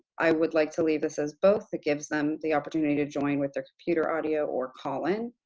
i would like to leave this as both, it gives them the opportunity to join with their computer audio or call-in.